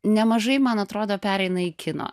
nemažai man atrodo pereina į kiną